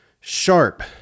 sharp